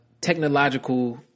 technological